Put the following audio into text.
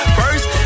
first